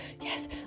Yes